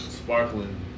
sparkling